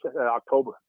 October